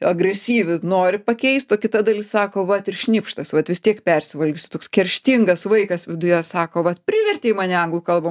agresyvi nori pakeist o kita dalis sako vat ir šnipštas vat vis tiek persivalgysiu toks kerštingas vaikas viduje sako vat privertei mane anglų kalbą